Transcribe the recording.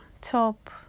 top